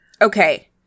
Okay